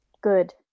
Good